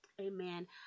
Amen